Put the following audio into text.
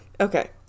Okay